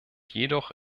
jedoch